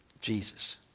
Jesus